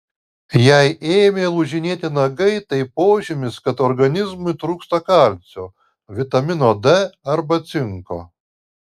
jei ėmė lūžinėti nagai tai požymis kad organizmui trūksta kalcio vitamino d arba cinko